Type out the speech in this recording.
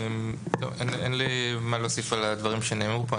אין לי מה להוסיף על הדברים שנאמרו כאן.